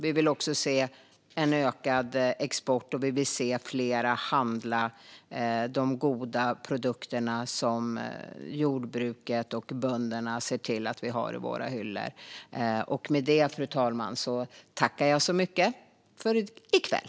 Vi vill också se en ökad export, och vi vill se fler handla de goda produkter som jordbruket och bönderna ser till att vi har i våra hyllor. Med detta, fru talman, tackar jag så mycket för i kväll!